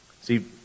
See